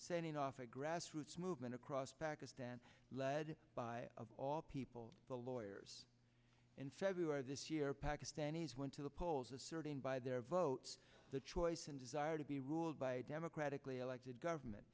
setting off a grassroots movement across pakistan led by of all people the lawyers in february of this year pakistanis went to the polls asserting by their vote the choice and desire to be ruled by a democratically elected government